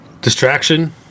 Distraction